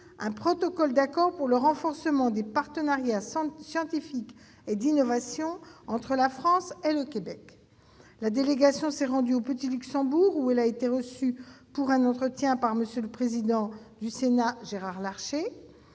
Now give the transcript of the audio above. un protocole d'accord pour le renforcement des partenariats scientifiques et d'innovation entre la France et le Québec. La délégation s'est rendue au Petit-Luxembourg, où elle a été reçue pour un entretien par le président du Sénat, M. Gérard Larcher.